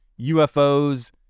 UFOs